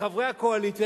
לחברי הקואליציה,